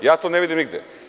Ja to ne vidim nigde.